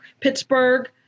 Pittsburgh